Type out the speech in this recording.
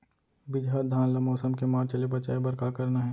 बिजहा धान ला मौसम के मार्च ले बचाए बर का करना है?